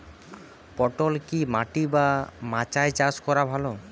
পটল কি মাটি বা মাচায় চাষ করা ভালো?